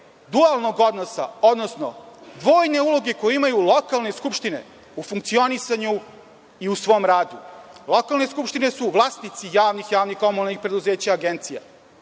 dualnog odnosa, odnosno dvojne uloge koje imaju lokalne skupštine u funkcionisanju i u svom radu. Lokalne skupštine su vlasnici javnih, javno-komunalnih preduzeća, agencija.